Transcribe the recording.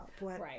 Right